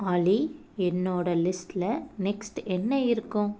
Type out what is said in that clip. ஆலி என்னோடய லிஸ்ட்டில் நெக்ஸ்ட் என்ன இருக்கும்